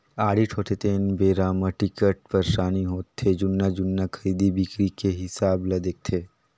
audit होथे तेन बेरा म बिकट परसानी होथे जुन्ना जुन्ना खरीदी बिक्री के हिसाब ल देखथे